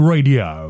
Radio